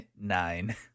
Nine